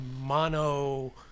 mono